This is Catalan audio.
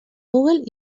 google